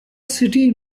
city